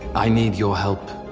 i need your help.